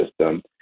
system